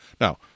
Now